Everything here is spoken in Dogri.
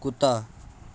कुत्ता